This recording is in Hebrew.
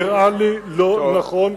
נראה לי לא נכון.